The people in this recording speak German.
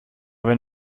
wenn